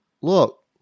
look